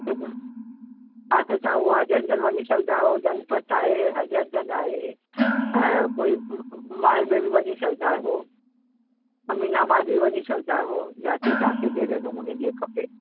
हा हा त तव्हां उहा हज़रतगंज वञी सघंदा आहियो जनपथ आहे हज़रतगंज आहे हा कोई मॉल में बि वञी सघंदा आहियो अमीनाबाद बि वञी सघंदा आहियो जिते तव्हांखे जहिड़े नमूने जीअं खपे